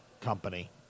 company